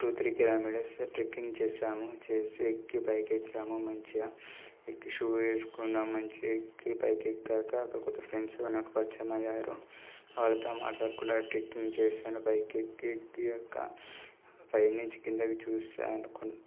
two three kilometres trekking చేసాము చేసి ఎక్కి పైకి ఎక్కాము మంచిగా ఎక్కి షూ వేసుకున్నాము మంచిగా ఎక్కి పైకి ఎక్కాక అక్కడ క్రొత్త ఫ్రెండ్స్ నాకు పరిచయమయ్యారు వాళ్ళతో మాట్లాడుకుంటూ ట్రెక్కింగ్ చేసాను పైకి ఎక్కి ఎక్కాక పై నుంచి క్రిందికి చూసాను